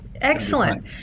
Excellent